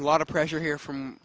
a lot of pressure here from